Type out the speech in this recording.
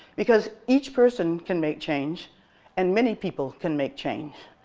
because each person can make change and many people can make change.